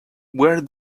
where